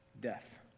death